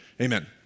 Amen